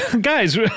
Guys